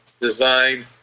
design